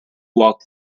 walk